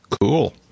Cool